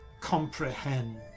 comprehend